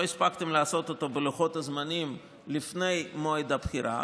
לא הספקתם לעשות אותו בלוחות הזמנים לפני מועד הבחירה,